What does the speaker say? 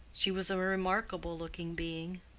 she was a remarkable looking being.